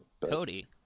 Cody